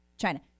China